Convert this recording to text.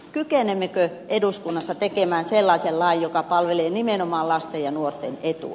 kykenemmekö eduskunnassa tekemään sellaisen lain joka palvelee nimenomaan lasten ja nuorten etua